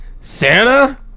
Santa